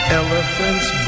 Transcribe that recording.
elephants